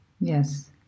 Yes